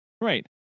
right